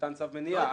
ניתן צו מניעה.